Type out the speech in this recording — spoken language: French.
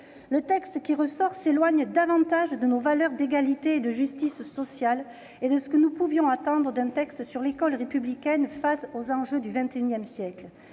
Le texte qui ressort de nos travaux s'éloigne davantage de nos valeurs d'égalité et de justice sociale et de ce que nous pouvions attendre d'un texte sur l'école républicaine face aux enjeux du XXI siècle.